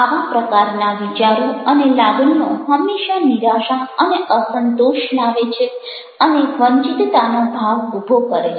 આવા પ્રકારના વિચારો અને લાગણીઓ હંમેશા નિરાશા અને અસંતોષ લાવે છે અને વંચિતતાનો ભાવ ઊભો કરે છે